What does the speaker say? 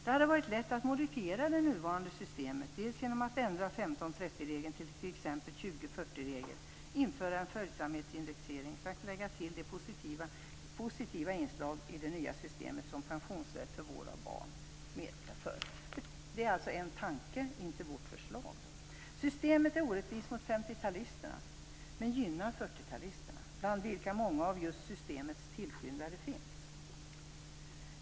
Det hade varit lätt att modifiera det nuvarande systemet dels genom att ändra 15 40-regel, införa en följsamhetsindexering samt lägga till det positiva inslag i det nya systemet som pensionsrätt för vård av barn innebär. Det är en tanke, inte vårt förslag. Systemet är orättvist mot femtiotalisterna men gynnar fyrtiotalisterna, bland vilka många av just systemets tillskyndare finns.